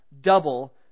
double